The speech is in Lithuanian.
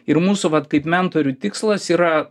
ir mūsų vat kaip mentorių tikslas yra